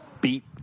beat